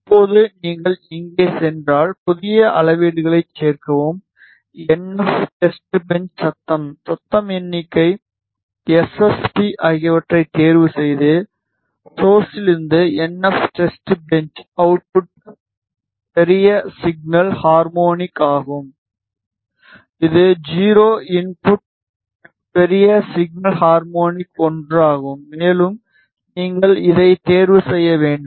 இப்போது நீங்கள் இங்கு சென்றால் புதிய அளவீடுகளைச் சேர்க்கவும் என்எஃப் டெஸ்ட் பெஞ்ச் சத்தம் சத்தம் எண்ணிக்கை எஸ்எஸ்பி ஆகியவற்றைத் தேர்வுசெய்து சோர்ஸிலிருந்து என்எஃப் டெஸ்ட் பெஞ்ச் அவுட்புட் பெரிய சிக்னல் ஹார்மோனிக் ஆகும் இது 0 இன்புட் பெரிய சிக்னல் ஹார்மோனிக் 1 ஆகும் மேலும் நீங்கள் இதை தேர்வு செய்ய வேண்டும்